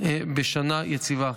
בשנה יציבה.